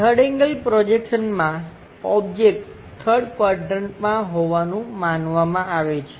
3rd angle projection માં object 3rd ક્વાડ્રંટમાં હોવાનું માનવામાં આવે છે